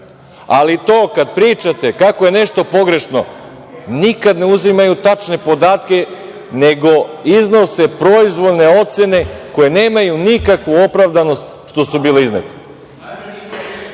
Ali to kada pričate kako je nešto pogrešno, nikad ne uzimaju tačne podatke nego iznose proizvoljne ocene koje nemaju nikakvu opravdanost što su bile iznete.